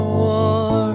war